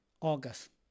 August